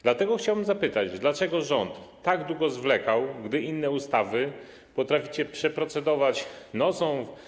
Dlatego chciałbym zapytać, dlaczego rząd tak długo zwlekał, podczas gdy inne ustawy potraficie przeprocedować nocą.